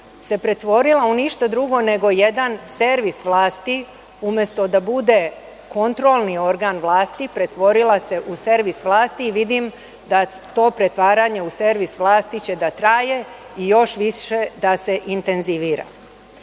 se pretvorila u ništa drugo nego jedan servis vlasti umesto da bude kontrolni organ vlasti, pretvorila se u servis vlasti i vidim da to pretvaranje u servis vlasti će trajati i još više će se intenzivirati. Danas,